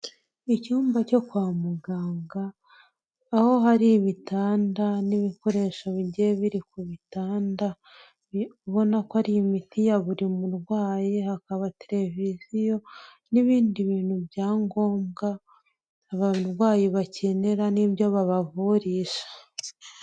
Icyumba cyo kwa muganga, aho hari ibitanda n'ibikoresho bigiye biri ku bitanda ubona ko ari imiti ya buri murwayi, hakaba tereviziyo n'ibindi bintu bya ngombwa abarwayi bakenera n'ibyo babavurisha.